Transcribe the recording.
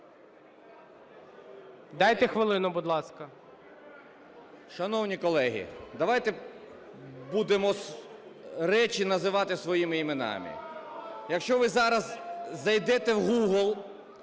Дайте хвилину, будь ласка.